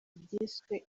byiswe